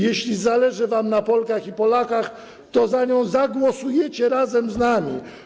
Jeśli zależy wam na Polkach i Polakach, to za nią zagłosujecie razem z nami.